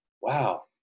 wow